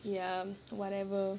ya whatever